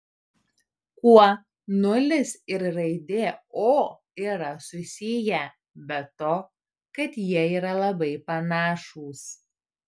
kuo nulis ir raidė o yra susiję be to kad jie yra labai panašūs